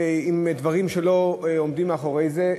בלי דברים שעומדים מאחורי זה,